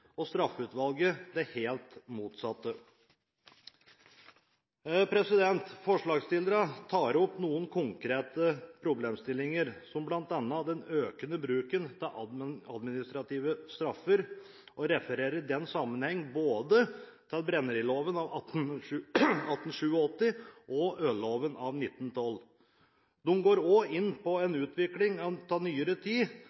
det helt motsatte. Forslagsstillerne tar opp noen konkrete problemstillinger, som bl.a. den økende bruken av administrative straffer, og refererer i den sammenheng både til Brændevinsloven av 1887 og Ølloven av 1912. De går også inn på en utvikling av nyere tid,